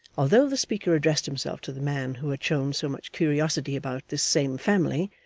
although the speaker addressed himself to the man who had shown so much curiosity about this same family,